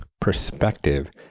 perspective